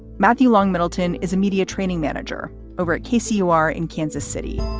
matthew long middleton is a media training manager over at casey, you are in kansas city.